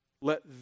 let